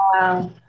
wow